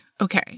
okay